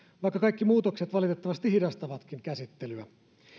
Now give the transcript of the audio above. vaikka kaikki muutokset valitettavasti hidastavatkin käsittelyä